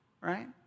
right